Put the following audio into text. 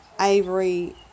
Avery